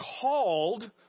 called